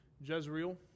Jezreel